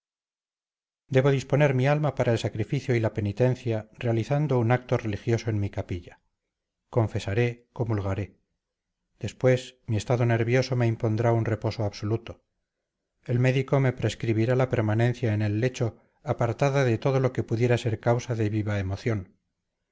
debo disponer mi alma para el sacrificio y la penitencia realizando un acto religioso en mi capilla confesaré comulgaré después mi estado nervioso me impondrá un reposo absoluto el médico me prescribirá la permanencia en el lecho apartada de todo lo que pudiera ser causa de viva emoción